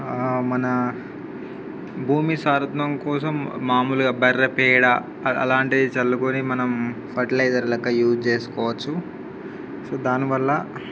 మన భూమి సారత్వం కోసం మాములుగా బర్రె పేడ అలాంటి చల్లుకొని మనం ఫెర్టిలైజర్ లాగా యూజ్ చేసుకోవచ్చు సో దానివల్ల